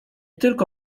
tylko